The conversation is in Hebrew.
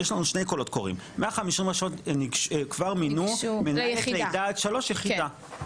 יש לנו שני קולות קוראים 150 רשויות כבר מינו מנהלת לידה על שלוש יחידה,